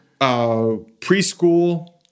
preschool